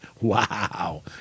Wow